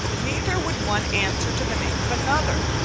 neither would one answer to the name of another,